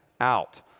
out